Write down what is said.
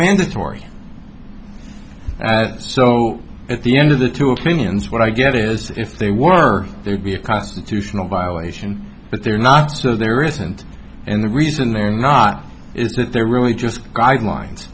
mandatory so at the end of the two opinions what i get is that if they were there would be a constitutional violation but they're not so there isn't and the reason they're not is that they're really just guidelines